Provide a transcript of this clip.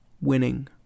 Winning